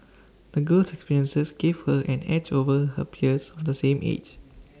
the girl's experiences gave her an edge over her peers of the same age